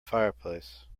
fireplace